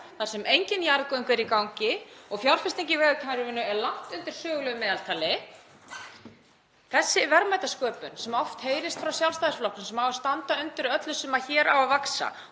þar sem engin jarðgöng eru í gangi og fjárfesting í vegakerfinu er langt undir sögulegu meðaltali. Þessi verðmætasköpun sem oft heyrist frá Sjálfstæðisflokknum að eigi að standa undir öllu sem hér á að vaxa